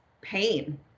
pain